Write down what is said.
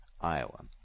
Iowa